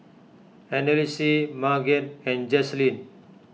Annalise Marget and Jazlyn